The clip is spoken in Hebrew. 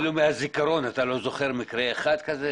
אפילו מהזיכרון, אתה לא זוכר מקרה אחד כזה?